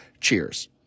cheers